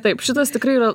taip šitas tikrai yra